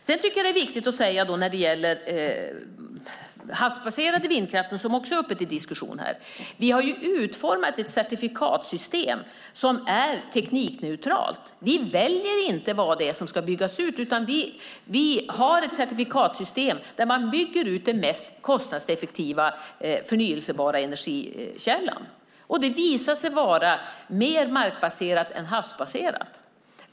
Sedan tycker jag när det gäller den havsbaserade vindkraften, som också var uppe till diskussion här, att det är viktigt att säga att vi har utformat ett certifikatsystem som är teknikneutralt. Vi väljer inte vad det är som ska byggas ut, utan vi har ett certifikatsystem där man bygger ut den mest kostnadseffektiva förnybara energikällan. Det visar sig vara mer markbaserat än havsbaserat.